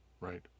right